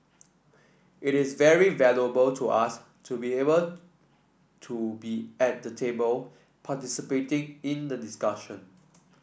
it is very valuable to us to be able to be at the table participating in the discussion